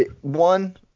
one